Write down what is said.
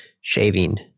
shaving